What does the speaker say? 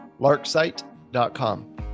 Larksite.com